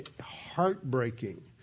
heartbreaking